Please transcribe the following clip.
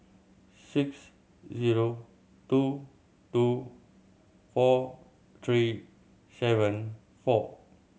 six zero two two four three seven four